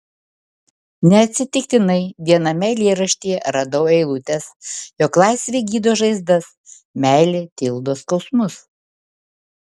neatsitiktinai viename eilėraštyje radau eilutes jog laisvė gydo žaizdas meilė tildo skausmus